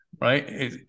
right